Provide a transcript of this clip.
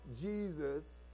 Jesus